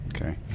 Okay